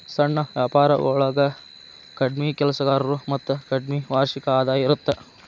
ಸಣ್ಣ ವ್ಯಾಪಾರೊಳಗ ಕಡ್ಮಿ ಕೆಲಸಗಾರರು ಮತ್ತ ಕಡ್ಮಿ ವಾರ್ಷಿಕ ಆದಾಯ ಇರತ್ತ